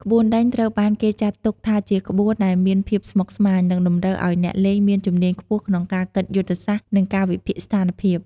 ក្បួនដេញត្រូវបានគេចាត់ទុកថាជាក្បួនដែលមានភាពស្មុគស្មាញ និងតម្រូវឲ្យអ្នកលេងមានជំនាញខ្ពស់ក្នុងការគិតយុទ្ធសាស្ត្រ និងការវិភាគស្ថានភាព។